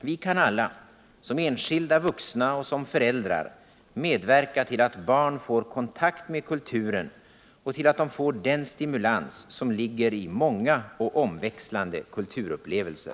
Vi kan alla som enskilda vuxna och föräldrar medverka till att barn får kontakt med kulturen och till att de får den stimulans som ligger i många och omväxlande kulturupplevelser.